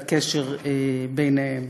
והקשר ביניהם.